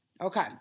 Okay